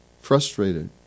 frustrated